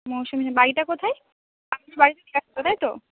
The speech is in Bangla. মৌসুমি বাড়িটা কোথায় বাড়িতে দিয়ে আসতে তাই তো